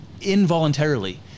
involuntarily